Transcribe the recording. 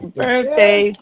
birthday